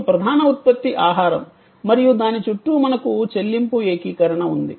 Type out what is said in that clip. మీకు ప్రధాన ఉత్పత్తి ఆహారం మరియు దాని చుట్టూ మనకు చెల్లింపు ఏకీకరణ ఉంది